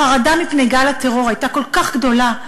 החרדה מפני גל הטרור הייתה כל כך גדולה,